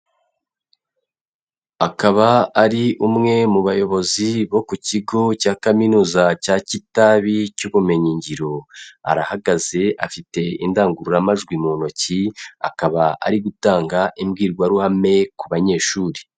Akaba ari umwe mu bayobozi bo ku kigo cya kaminuza cya Kitabi cy'ubumenyingiro, arahagaze, afite indangururamajwi mu ntoki, akaba ari gutanga imbwirwaruhame ku banyeshuri.